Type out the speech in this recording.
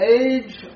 age